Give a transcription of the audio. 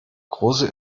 große